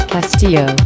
Castillo